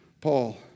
Paul